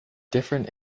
different